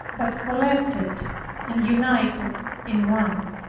but collected and united in one.